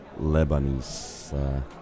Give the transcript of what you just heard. Lebanese